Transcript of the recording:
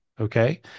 Okay